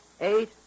eight